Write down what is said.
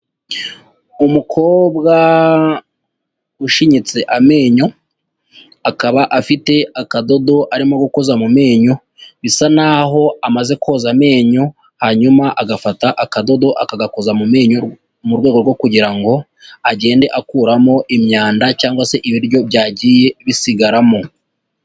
Umukobwa ushinyitse amenyo, akaba afite akadodo arimo gukoza mu menyo, bisa naho amaze koza amenyo, hanyuma agafata akadodo akagakoza mu menyo, mu rwego rwo kugira ngo agende akuramo imyanda cyangwa se ibiryo byagiye bisigaramo.